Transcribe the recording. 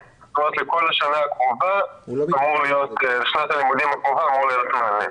בלי פתרון לילדים שלנו לא נוכל לעשות את זה.